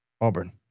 Auburn